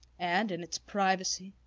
and in its privacy,